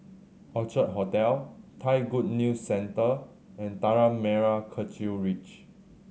Orchard Hotel Thai Good News Centre and Tanah Merah Kechil Ridge